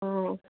অঁ